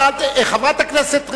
חברת הכנסת רגב,